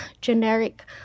generic